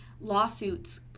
lawsuits